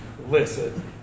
Listen